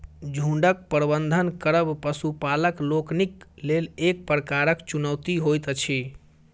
झुंडक प्रबंधन करब पशुपालक लोकनिक लेल एक प्रकारक चुनौती होइत अछि